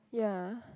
yeah